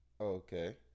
okay